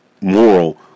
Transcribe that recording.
moral